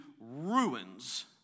ruins